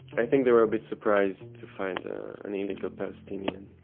i think they were a bit surprised to find an illegal palestinian.